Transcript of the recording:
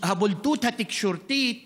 הבולטות התקשורתית